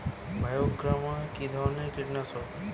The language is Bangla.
বায়োগ্রামা কিধরনের কীটনাশক?